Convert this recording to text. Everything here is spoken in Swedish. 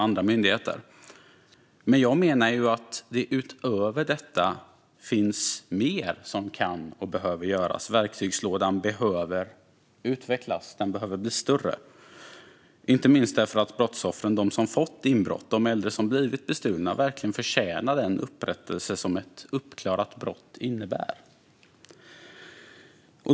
Jag menar dock att det utöver detta finns mer som kan och behöver göras. Verktygslådan behöver utökas, inte minst för att brottsoffren, de som drabbats av inbrott och de äldre som blivit bestulna, verkligen förtjänar den upprättelse som ett uppklarat brott innebär.